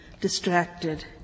distracted